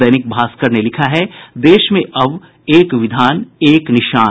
दैनिक भास्कर ने लिखा है देश में अब एक विधान एक निशान